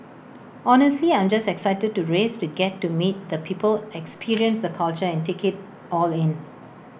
honestly I'm just excited to race to get to meet the people experience the culture and take IT all in